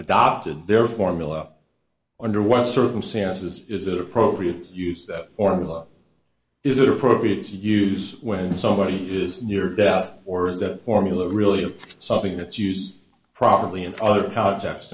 adopted their formula under what circumstances is it appropriate to use that formula is it appropriate to use when somebody is near death or is that formula really something it's used properly in other